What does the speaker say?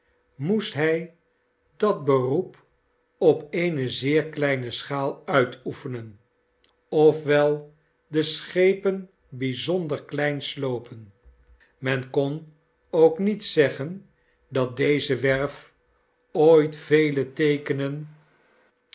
moest hij dat beroep op eene zeer kleine schaal uitoefenen of wel de schepen bij zonder klein sloopen men kon ook niet zeggen dat deze werf ooit vele teekenen